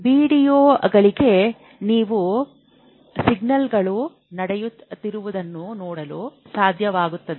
ವೀಡಿಯೊಗಳಲ್ಲಿ ನೀವು ಸಿಗ್ನಲ್ಗಳು ನಡೆಯುತ್ತಿರುವುದನ್ನು ನೋಡಲು ಸಾಧ್ಯವಾಗುತ್ತದೆ